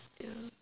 ya